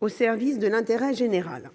au service de l'intérêt général ;